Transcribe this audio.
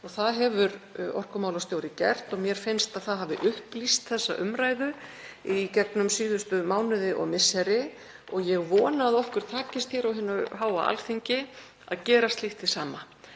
Það hefur orkumálastjóri gert og mér finnst að það hafi upplýst þessa umræðu í gegnum síðustu mánuði og misseri og ég vona að okkur takist hér á hinu háa Alþingi að gera slíkt hið sama,